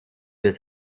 des